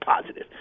positive